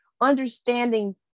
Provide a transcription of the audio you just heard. Understanding